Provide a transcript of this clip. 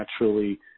naturally –